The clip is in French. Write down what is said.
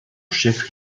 chef